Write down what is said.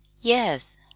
yes